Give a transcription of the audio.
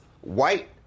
white